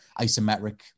isometric